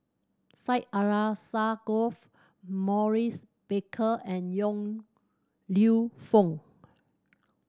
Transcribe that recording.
Syed Alsagoff Maurice Baker and Yong Lew Foong